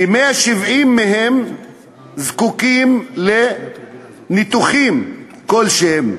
כ-170 מהם זקוקים לניתוחים כלשהם,